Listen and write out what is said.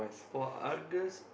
for Argus